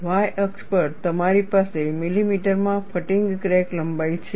y અક્ષ પર તમારી પાસે મિલીમીટરમાં ફટીગ ક્રેક લંબાઈ છે